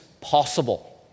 possible